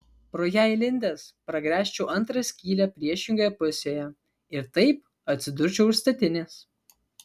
pro ją įlindęs pragręžčiau antrą skylę priešingoje pusėje ir taip atsidurčiau už statinės